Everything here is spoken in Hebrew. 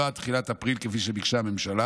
ולא עד לתחילת אפריל כפי שביקשה הממשלה.